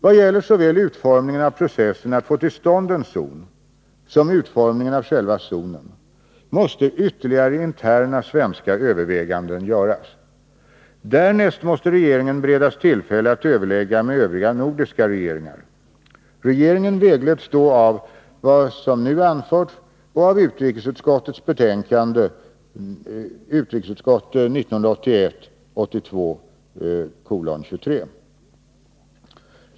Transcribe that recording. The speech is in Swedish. Vad gäller såväl utformningen av processen att få till stånd en zon som utformningen av själva zonen måste ytterligare interna svenska överväganden göras. Därnäst måste regeringen beredas tillfälle att överlägga med övriga nordiska regeringar. Regeringen vägleds då av vad som nu anförts och av utrikesutskottets betänkande 1981/82:23.